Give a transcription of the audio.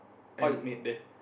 I made there